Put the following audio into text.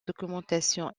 documentation